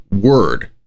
word